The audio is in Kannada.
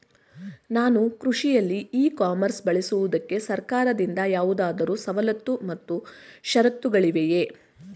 ನಾನು ಕೃಷಿಯಲ್ಲಿ ಇ ಕಾಮರ್ಸ್ ಬಳಸುವುದಕ್ಕೆ ಸರ್ಕಾರದಿಂದ ಯಾವುದಾದರು ಸವಲತ್ತು ಮತ್ತು ಷರತ್ತುಗಳಿವೆಯೇ?